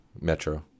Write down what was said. metro